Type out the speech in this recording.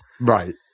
right